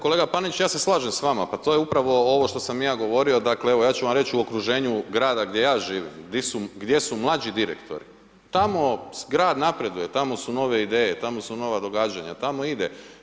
Kolega Panenić, ja se slažem s vama, to je upravo ovo što sam ja govorio, ja ću vam reći u okruženju grada gdje živim, gdje su mlađi direktori, tamo grad napreduje, tamo su nove ideje, tamo su nova događanja, tamo ide.